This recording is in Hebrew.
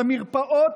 במרפאות,